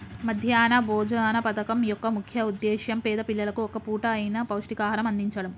మధ్యాహ్న భోజన పథకం యొక్క ముఖ్య ఉద్దేశ్యం పేద పిల్లలకు ఒక్క పూట అయిన పౌష్టికాహారం అందిచడం